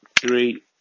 three